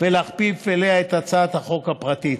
ולהכפיף אליה את הצעת החוק הפרטית.